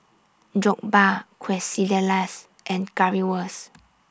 Jokbal Quesadillas and Currywurst